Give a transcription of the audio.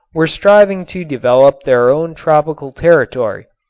were striving to develop their own tropical territory.